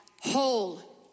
whole